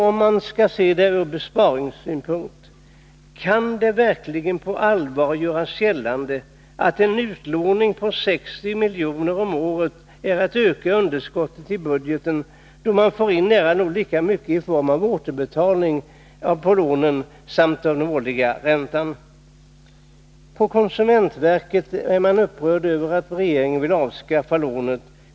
Om man ser på detta ur besparingssynpunkt, frågar man sig: Kan det verkligen på allvar göras gällande att en utlåning på 60 miljoner om året gör att underskottet i budgeten ökar, då man får in nära nog lika mycket i form av återbetalning på lånen samt årlig ränta? På konsumentverket är man upprörd över att regeringen vill avskaffa lånen.